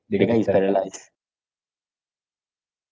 the guy is paralysed